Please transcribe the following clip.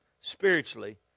Spiritually